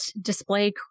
display